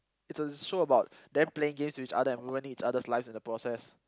it's a show about them playing games with each other and ruin each other lives in the process